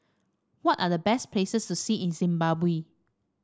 what are the best places to see in Zimbabwe